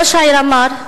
ראש העיר אמר: